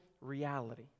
reality